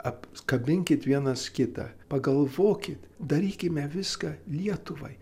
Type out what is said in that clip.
apkabinkit vienas kitą pagalvokit darykime viską lietuvai